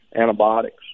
antibiotics